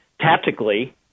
Tactically